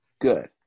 good